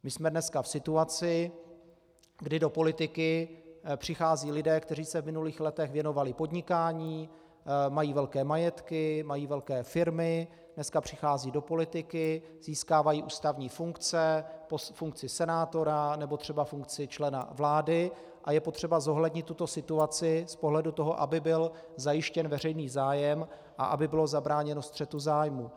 My jsme dneska v situaci, kdy do politiky přicházejí lidé, kteří se v minulých letech věnovali podnikání, mají velké majetky, mají velké firmy, dneska přicházejí do politiky, získávají ústavní funkce, funkci senátora nebo třeba funkci člena vlády, a je potřeba zohlednit tuto situaci z pohledu toho, aby byl zajištěn veřejný zájem a aby bylo zabráněno střetu zájmů.